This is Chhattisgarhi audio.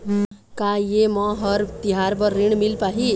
का ये म हर तिहार बर ऋण मिल पाही?